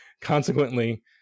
consequently